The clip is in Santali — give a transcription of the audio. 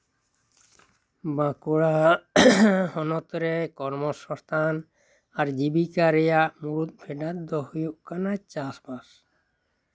ᱵᱟᱸᱠᱩᱲᱟ ᱦᱚᱱᱚᱛᱨᱮ ᱠᱚᱨᱢᱚ ᱥᱚᱝᱥᱛᱷᱟᱱ ᱟᱨ ᱡᱤᱵᱤᱠᱟ ᱨᱮᱭᱟᱜ ᱢᱩᱬᱩᱫ ᱯᱷᱮᱰᱟᱛ ᱫᱚ ᱦᱩᱭᱩᱜ ᱠᱟᱱᱟ ᱪᱟᱥᱵᱟᱥ